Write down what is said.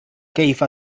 كيف